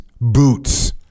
boots